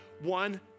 One